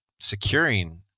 securing